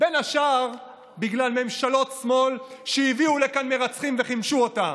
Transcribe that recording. בין השאר בגלל ממשלות שמאל שהביאו לכאן מרצחים וחימשו אותם,